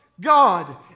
God